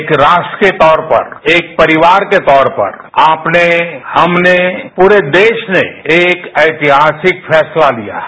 एक राष्ट्रक तौर पर एक परिवार के तौर पर आपने हमने पूरे देश ने एक ऐतिहासिक फैसला लिया है